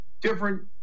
Different